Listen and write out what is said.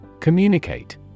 Communicate